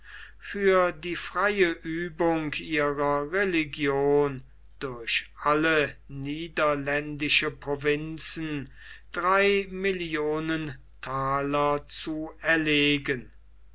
für die freie uebung ihrer religion durch alle niederländischen provinzen drei millionen thaler zu erlegen